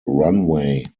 runway